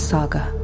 Saga